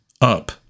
up